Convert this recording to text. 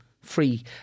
free